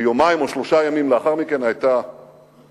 ויומיים או שלושה ימים לאחר מכן היתה ההתקפה